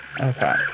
Okay